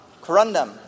corundum